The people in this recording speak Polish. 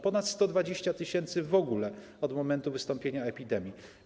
Ponadto 120 tys. w ogóle od momentu wystąpienia epidemii.